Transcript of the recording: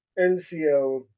NCO